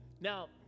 Now